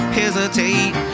hesitate